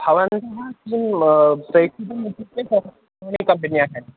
भवन्तः तु प्रेशितं इत्युक्ते तद् सोनि कम्पेन्याः एव